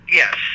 yes